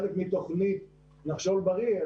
חלק מתוכנית "נחשול בריא",